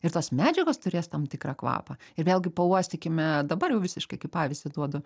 ir tos medžiagos turės tam tikrą kvapą ir vėlgi pauostykime dabar jau visiškai kaip pavyzdį duodu